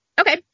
okay